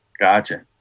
gotcha